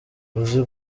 uzi